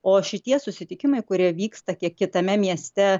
o šitie susitikimai kurie vyksta kiek kitame mieste